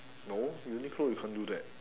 no uniqlo you can't do that